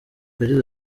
yagize